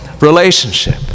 relationship